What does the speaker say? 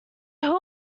hill